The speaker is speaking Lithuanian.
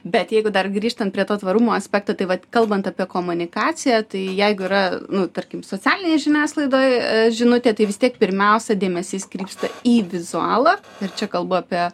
bet jeigu dar grįžtant prie to tvarumo aspekto tai vat kalbant apie komunikaciją tai jeigu yra nu tarkim socialinėj žiniasklaidoj žinutė tai vis tiek pirmiausia dėmesys krypsta į vizualą ir čia kalbu apie